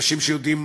אנשים שיודעים